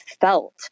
felt